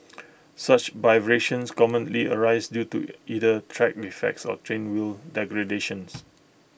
such vibrations commonly arise due to either track defects or train wheel degradations